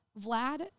Vlad